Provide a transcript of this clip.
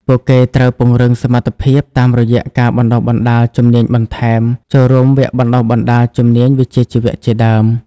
ពួកគេត្រូវពង្រឹងសមត្ថភាពតាមរយះការបណ្តុះបណ្តាលជំនាញបន្ថែមចូលរួមវគ្គបណ្តុះបណ្តាលជំនាញវិជ្ជាជីវៈជាដើម។